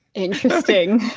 interesting